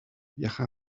viaja